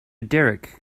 derek